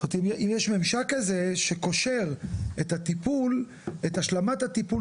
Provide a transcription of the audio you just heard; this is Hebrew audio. זאת אומרת אם יש ממשק כזה שקושר את השלמת הטיפול